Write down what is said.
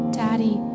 daddy